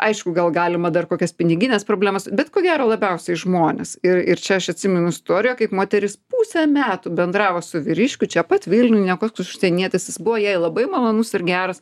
aišku gal galima dar kokias pinigines problemas bet ko gero labiausiai žmonės ir ir čia aš atsimenu istoriją kaip moteris pusę metų bendravo su vyryškiu čia pat vilniuj ne koks užsienietis jis buvo jai labai malonus ir geras